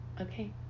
Okay